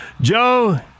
Joe